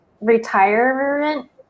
Retirement